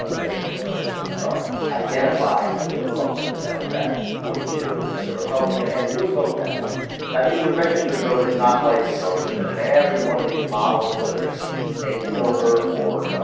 ah registered voters a start identify as a republican democrat forty-two as a republican and would vote that way now these are registered voters not likely voters and and every one of these models whether it's nate silver or